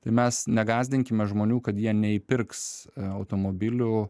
tai mes negąsdinkime žmonių kad jie neįpirks automobilių